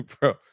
bro